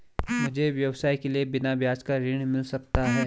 मुझे व्यवसाय के लिए बिना ब्याज का ऋण मिल सकता है?